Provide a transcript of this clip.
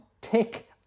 Tick